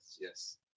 yes